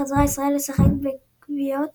חזרה ישראל לשחק בקביעות